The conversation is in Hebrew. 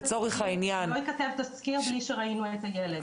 לצורך העניין לא ייכתב תזכיר בלי שראינו את הילד.